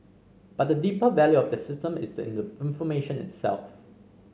but the deeper value of the system is in the information itself